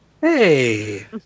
hey